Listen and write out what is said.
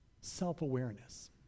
Self-awareness